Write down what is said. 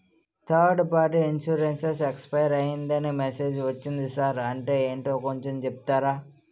Third party insurance expire అయ్యిందని message ఒచ్చింది sir అంటే ఏంటో కొంచె చెప్తారా?